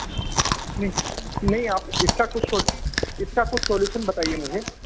नहीं नहीं आप इसका कुछ सोल इसका कुछ सोल्यूशन बताइए मुझे